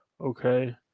Okay